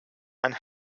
and